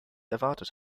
erwartet